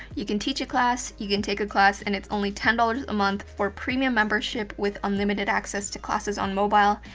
you can teach a class, you can take a class, and it's only ten dollars a month for premium membership with unlimited access to classes on mobile,